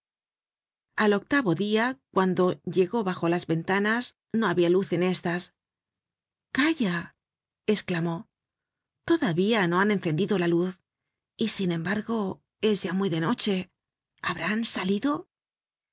al octavo dia cuando llegó bajo las ventanas no habia luz en estas calla esclamó todavía no han encendido luz y sin embargo es ya muy de noche habrán salido